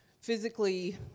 physically